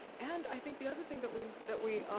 and i think the other thing that we that we